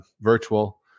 virtual